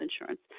insurance